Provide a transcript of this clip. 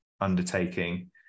undertaking